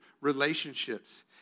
relationships